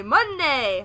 Monday